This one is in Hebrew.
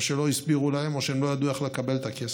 או שלא הסבירו להם או שהם לא ידעו איך לקבל את הכסף.